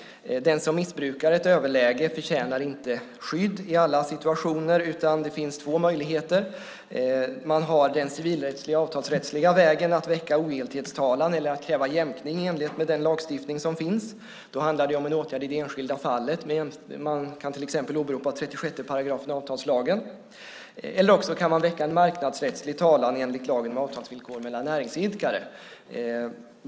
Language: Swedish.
Den som missbrukar ett överläge förtjänar inte skydd i alla situationer. Det finns två möjligheter. Man har den civilrättsliga avtalsrättsliga vägen att väcka ogiltighetstalan eller kräva jämkning i enlighet med den lagstiftning som finns. Då handlar det om en åtgärd i det enskilda fallet. Man kan till exempel åberopa 36 § avtalslagen eller också kan man väcka en marknadsrättslig talan enligt lagen om avtalsvillkor mellan näringsidkare.